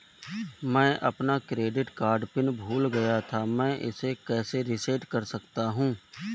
मैं अपना credit card PIN भूल गया था मैं इसे कैसे रीसेट कर सकता हूँ?